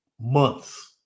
months